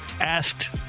asked